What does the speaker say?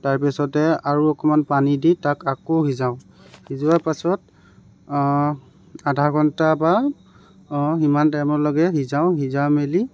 তাৰপিছতে আৰু অকণমান পানী দি তাত আকৌ সিজাওঁ সিজোৱা পাছত আধা ঘণ্টা বা সিমান টাইমলৈকে সিজাওঁ সিজাই মেলি